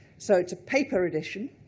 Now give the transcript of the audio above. so it's a paper edition.